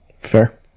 Fair